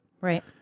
Right